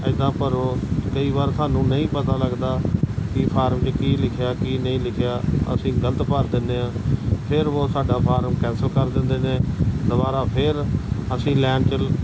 ਇੱਦਾਂ ਭਰੋ ਕਈ ਵਾਰ ਸਾਨੂੰ ਨਹੀਂ ਪਤਾ ਲੱਗਦਾ ਕਿ ਫਾਰਮ 'ਚ ਕੀ ਲਿਖਿਆ ਕੀ ਨਹੀਂ ਲਿਖਿਆ ਅਸੀਂ ਗਲਤ ਭਰ ਦਿੰਦੇ ਹਾਂ ਫਿਰ ਉਹ ਸਾਡਾ ਫਾਰਮ ਕੈਂਸਲ ਕਰ ਦਿੰਦੇ ਨੇ ਦੁਬਾਰਾ ਫਿਰ ਅਸੀਂ ਲਾਈਨ 'ਚ